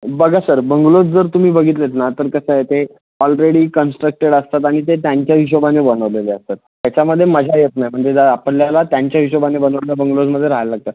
बघा sir bungalows जर तुम्ही बघितलेत ना तर कसं आहे ते ऑलरेडी कंस्ट्रक्टेड असतात आणि ते त्यांच्या हिशोबाने बनवलेले असतात त्याच्यामध्ये मजा येत नाही म्हणजे काय आपल्याला त्यांच्या हिशोबाने बनवलेल्या बंगलोजमध्ये राहायला लागतं